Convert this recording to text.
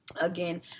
Again